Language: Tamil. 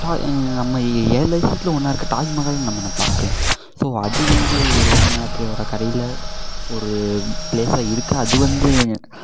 நம்ம ஏழு அதிசயத்தில் ஒன்னாக இருக்க தாஜ்மஹால் நம்ம இன்னும் பார்க்கல ஸோ அது வந்து ஒரு யமுனை ஆற்றயோட கரையில் ஒரு பிளேஸாக இருக்கு அது வந்து